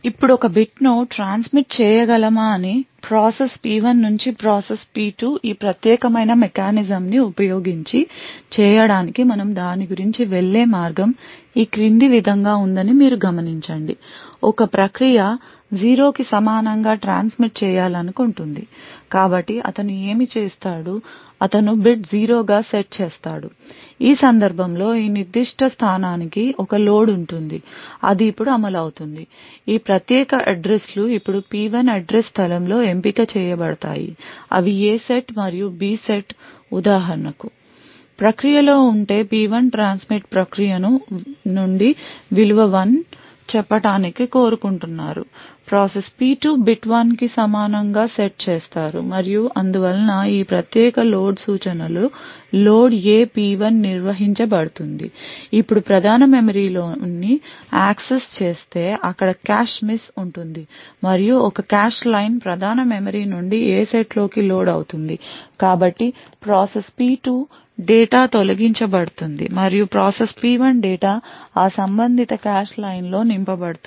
ఇప్పుడు ఒక bit ను ట్రాన్స్మిట్ చేయగలమ ని ప్రాసెస్ P1 నుంచి ప్రాసెస్ P2 ఈ ప్రత్యేకమైన మెకానిజంన్ని ఉపయోగించి చేయడానికి మనము దాని గురించి వెళ్ళే మార్గం ఈ క్రింది విధంగా ఉందని మీరు గమనించండి ఒక ప్రక్రియ 0 కి సమానంగా ట్రాన్స్మిట్ చేయాలనుకుంటుంది కాబట్టి అతను ఏమి చేస్తాడు అతను bit 0 గా సెట్ చేస్తాడు ఈ సందర్భంలో ఈ నిర్దిష్ట స్థానానికి ఒక లోడ్ ఉంటుంది అది ఇప్పుడు అమలు అవుతుంది ఈ ప్రత్యేక అడ్రస్ లు ఇప్పుడు P1 అడ్రస్ స్థలం లో ఎంపిక చేయబడతాయి అవి A సెట్ మరియు B సెట్ ఉదాహరణకు ప్రక్రియలోఉంటే P1 ట్రాన్స్మిట్ ప్రక్రియను నుండి విలువ 1 చెప్పటానికి కోరుకుంటున్నారు ప్రాసెస్ P2 bit 1కి సమానంగా సెట్ చేస్తారు మరియు అందువలన ఈ ప్రత్యేక లోడ్ సూచనల లోడ్ A P1 నిర్వహించబడుతుంది ఇప్పుడు ప్రధాన మెమరీని యాక్సెస్ చేస్తే అక్కడ కాష్ మిస్ ఉంటుంది మరియు ఒక కాష్ లైన్ ప్రధాన మెమరీ నుండి A సెట్లోకి లోడ్ అవుతుంది కాబట్టి ప్రాసెస్ P2 డేటా తొలగించబడుతుంది మరియు ప్రాసెస్ P1 డేటా ఆ సంబంధిత కాష్ లైన్లో నింపబడుతుంది